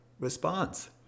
Response